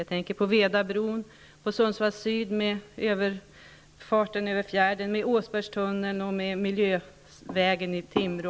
Jag tänker på Vedabron, på